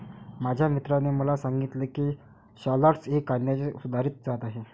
माझ्या मित्राने मला सांगितले की शालॉट्स ही कांद्याची सुधारित जात आहे